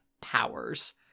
powers